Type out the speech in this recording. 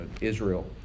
Israel